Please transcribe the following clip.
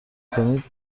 کنید